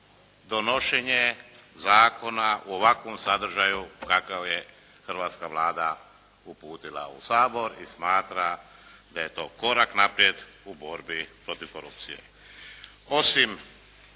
donošenje zakona u ovakvom sadržaju kakav je hrvatska Vlada uputila u Sabor i smatra da je to korak naprijed u borbi protiv korupcije. Osim